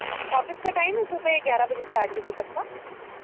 office का time है सुबह ग्यारह बजे से आठ बजे तक का